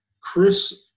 Chris